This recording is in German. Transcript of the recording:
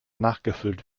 nachgefüllt